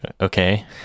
okay